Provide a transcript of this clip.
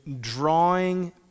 drawing